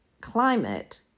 climate